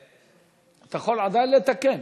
הרווחה והבריאות נתקבלה.